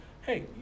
hey